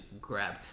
grab